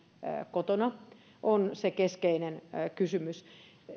kotona on se keskeinen kysymys